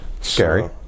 Scary